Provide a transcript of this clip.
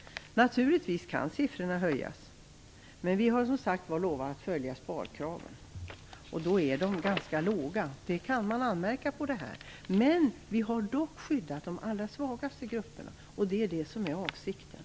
Siffrorna kan naturligtvis höjas, men vi har som sagt var lovat att följa sparkraven, och då är de ganska låga. Det kan man anmärka på, men vi har dock skyddat de allra svagaste grupperna. Det är avsikten.